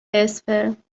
اسپرم